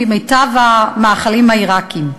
ממיטב המאכלים העיראקיים.